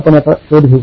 आपण याचा शोध घेऊ